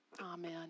Amen